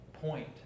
point